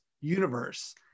universe